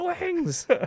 wings